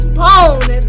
bone